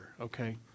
okay